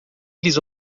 lhes